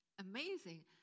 amazing